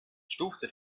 stufte